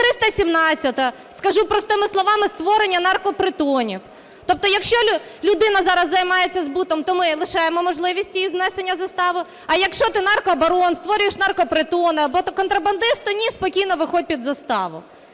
317-а, скажу простими словами, створення наркопритонів. Тобто якщо людина зараз займається збутом, то ми лишаємо можливість їй внесення застави, а якщо ти – наркобарон, створюєш наркопритони або ти – контрабандист, то, ні, спокійно виходь під заставу.